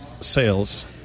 sales